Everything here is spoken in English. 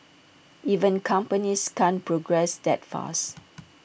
even companies can't progress that fast